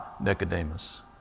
Nicodemus